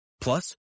Plus